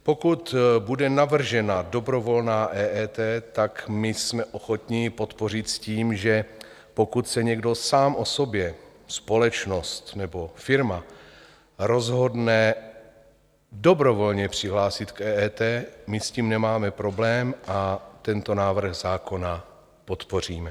Pokud bude navržena dobrovolná EET, tak my jsme ji ochotni podpořit s tím, že pokud se někdo sám o sobě, společnost nebo firma, rozhodne dobrovolně přihlásit k EET, my s tím nemáme problém a tento návrh zákona podpoříme.